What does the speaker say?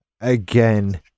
again